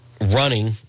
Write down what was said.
running